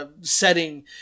setting